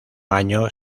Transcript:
año